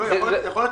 גיא צריך